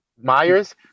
Myers